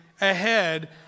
ahead